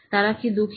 তাঁরা কি দুঃখী